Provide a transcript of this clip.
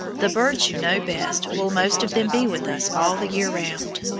the birds you know best will most of them be with us all the year round.